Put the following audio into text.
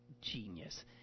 genius